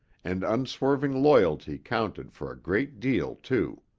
and unswerving loyalty counted for a great deal, too.